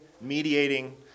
mediating